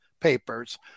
papers